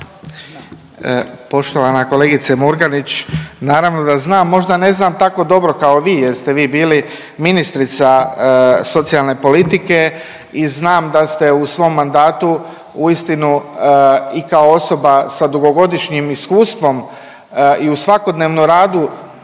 Poštovana kolegice Murganić, naravno da znam. Možda ne znam tako dobro kao vi jer ste vi bili ministrica socijalne politike i znam da ste u svom mandatu uistinu i kao osoba sa dugogodišnjim iskustvom i u svakodnevnom radu